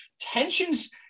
tensions